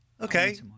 Okay